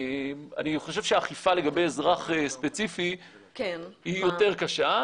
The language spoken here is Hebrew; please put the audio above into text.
אני חושב שהאכיפה לגבי אזרח ספציפי היא יותר קשה.